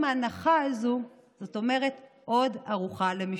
הרבה פעמים ההנחה הזו אומרת עוד ארוחה למשפחה.